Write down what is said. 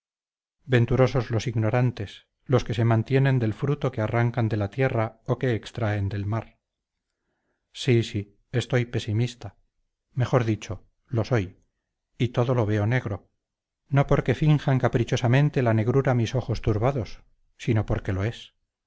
venturosos los ignorantes los que se mantienen del fruto que arrancan de la tierra o que extraen del mar sí sí estoy pesimista mejor dicho lo soy y todo lo veo negro no porque finjan caprichosamente la negrura mis ojos turbados sino porque lo es